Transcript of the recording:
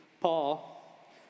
Paul